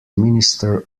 minister